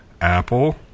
Apple